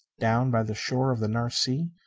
down by the shore of the nares sea,